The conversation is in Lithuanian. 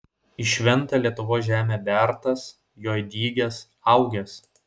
į šventą lietuvos žemę bertas joj dygęs augęs